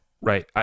right